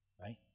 Right